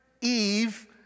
Eve